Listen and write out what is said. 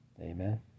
Amen